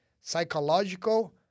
psychological